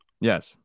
Yes